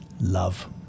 Love